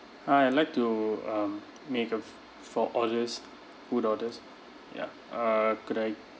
hi I like to um make a for orders food orders ya uh could I